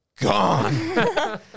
gone